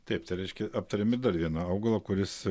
taip tai reiškia aptarėme dar vieną augalą kuris